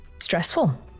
stressful